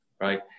right